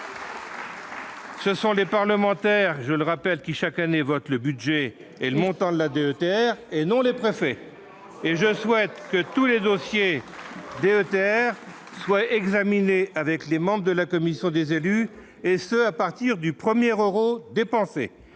Ce sont les parlementaires, je le rappelle, qui, chaque année, votent le budget et le montant de la DETR, et non les préfets. Et je souhaite que tous les dossiers de DETR soit. Examiner avec les membres de la commission des élus, et ce à partir du premier Euro dépensé